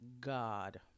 God